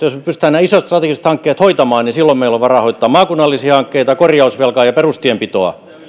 jos me pystymme nämä isot strategiset hankkeet hoitamaan niin silloin meillä on varaa hoitaa maakunnallisia hankkeita korjausvelkaa ja perustienpitoa